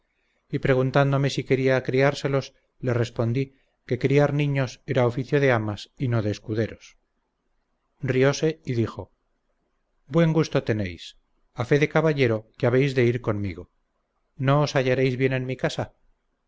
y preguntándome si quería criárselos le respondí que criar niños era oficio de amas y no de escuderos riose y dijo buen gusto tenéis a fe de caballero que habéis de ir conmigo no os hallareis bien en mi casa